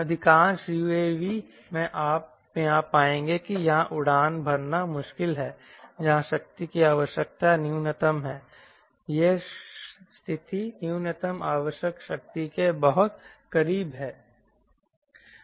अधिकांश UAV मैं आप पाएंगे कि यहां उड़ान भरना मुश्किल है जहां शक्ति की आवश्यकता न्यूनतम है यह स्थिति न्यूनतम आवश्यक शक्ति के बहुत करीब है